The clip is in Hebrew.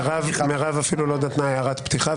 מירב אפילו לא נתנה הערת פתיחה,